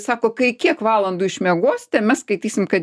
sako kai kiek valandų išmiegosite mes skaitysim kad